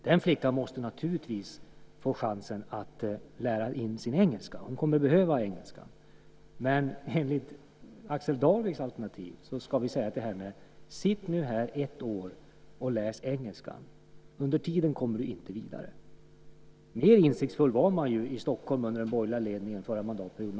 Den flickan måste naturligtvis få chansen att lära in sin engelska. Hon kommer att behöva engelskan. Enligt Axel Darviks alternativ ska vi säga till henne: Sitt nu här ett år och läs engelska! Under tiden kommer du inte vidare. Man var mer insiktsfull i Stockholm under den borgerliga ledningen förra mandatperioden.